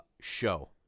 show